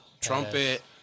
trumpet